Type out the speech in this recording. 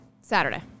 Saturday